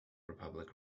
republic